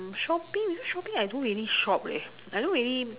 shopping because shopping I don't really shop leh I don't really